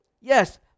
yes